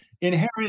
inherent